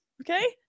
okay